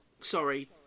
Sorry